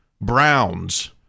browns